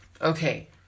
okay